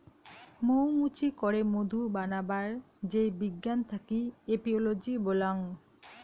মৌ মুচি করে মধু বানাবার যেই বিজ্ঞান থাকি এপিওলোজি বল্যাং